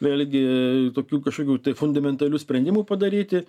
vėlgi tokių kažkokių tai fundamentalių sprendimų padaryti